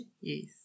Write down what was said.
Yes